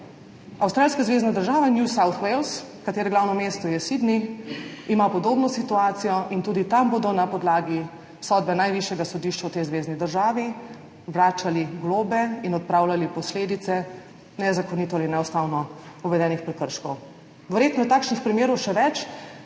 Avstralska zvezna država New South Wales, katere glavno mesto je Sydney, ima podobno situacijo in tudi tam bodo na podlagi sodbe najvišjega sodišča v tej zvezni državi vračali globe in odpravljali posledice nezakonito ali neustavno uvedenih prekrškov. Verjetno je takšnih primerov še več.